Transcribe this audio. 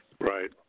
Right